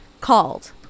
called